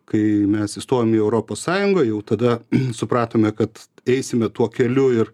kai mes įstojom į europos sąjungą jau tada supratome kad eisime tuo keliu ir